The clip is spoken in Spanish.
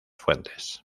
fuentes